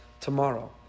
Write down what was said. tomorrow